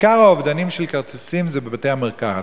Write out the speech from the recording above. עיקר האובדן של כרטיסים זה בבתי-המרקחת.